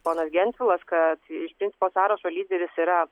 ponas gentvilas kad iš principo sąrašo lyderis yra